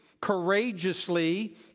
courageously